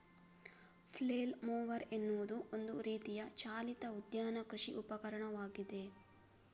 flail mower ಎನ್ನುವುದು ಒಂದು ರೀತಿಯ ಚಾಲಿತ ಉದ್ಯಾನ ಕೃಷಿ ಉಪಕರಣವಾಗಿದೆ